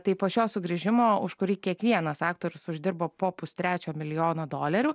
tai po šio sugrįžimo už kurį kiekvienas aktorius uždirbo po pustrečio milijono dolerių